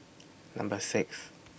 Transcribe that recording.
Number six